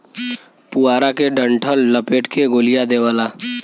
पुआरा के डंठल लपेट के गोलिया देवला